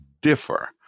differ